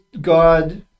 God